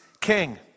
king